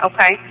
Okay